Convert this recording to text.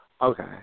Okay